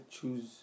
choose